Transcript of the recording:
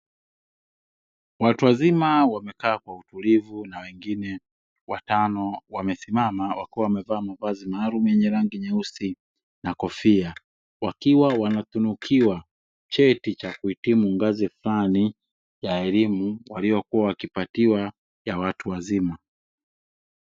Watu wazima wamekaa kwa utulivu na wengine watano wamesimama wakiwa wamevaa mavazi maalumu yenye rangi nyeusi na kofia, wakiwa wanatunukiwa cheti cha kuhitimu ngazi fulani ya elimu waliyokuwa wakipatiwa ya watu wazima.